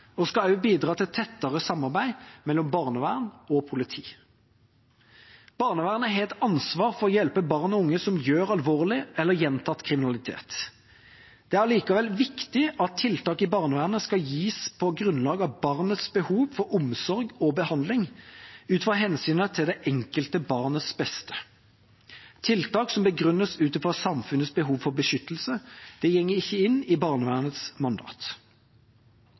og skal også bidra til tettere samarbeid mellom barnevern og politi. Barnevernet har et ansvar for å hjelpe barn og unge som begår alvorlig eller gjentatt kriminalitet. Det er likevel viktig at tiltak i barnevernet skal gis på grunnlag av barnets behov for omsorg og behandling, ut fra hensynet til det enkelte barnets beste. Tiltak som begrunnes ut fra samfunnets behov for beskyttelse, inngår ikke i barnevernets mandat.